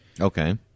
okay